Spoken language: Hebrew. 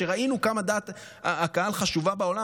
כשראינו כמה דעת הקהל חשובה בעולם,